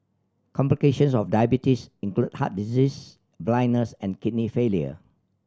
complications of diabetes include heart disease blindness and kidney failure